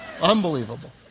Unbelievable